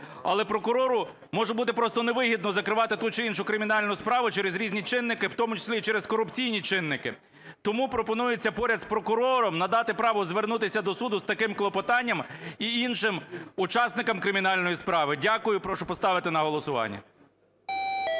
Але прокурору може бути просто невигідно закривати ту чи іншу кримінальну справу через різні чинники, в тому числі і через корупційні чинники. Тому пропонується поряд з прокурором надати право звернутися до суду з таким клопотанням і іншим учасникам кримінальної справи. Дякую. І прошу поставити на голосування.